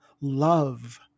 love